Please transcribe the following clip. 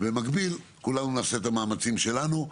במקביל, כולנו נעשה את המאמצים שלנו.